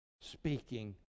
speaking